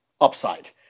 upside